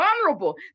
vulnerable